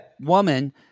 woman